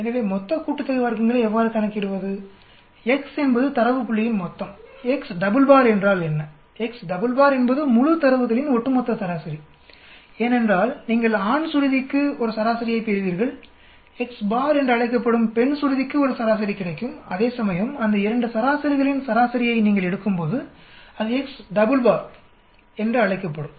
எனவே மொத்த கூட்டுதொகை வர்க்கங்களை எவ்வாறு கணக்கிடுவது x என்பது தரவு புள்ளியின் மொத்தம் x டபுள் பார் என்றால் என்ன x டபுள் பார் என்பது முழு தரவுகளின் ஒட்டுமொத்த சராசரி ஏனென்றால் நீங்கள் ஆண் சுருதிக்கு ஒரு சராசரியைப் பெறுவீர்கள் x பார் என்று அழைக்கப்படும் பெண் சுருதிக்கு ஒரு சராசரி கிடைக்கும்அதேசமயம் அந்த 2 சராசரிகளின் சராசரியை நீங்கள் எடுக்கும்போது அது x டபுள் பார் என்று அழைக்கப்படும்